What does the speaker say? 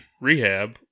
rehab